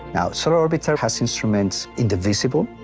now, solar orbiter has instruments indivisible.